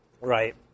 Right